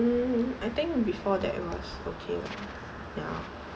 um I think before that was okay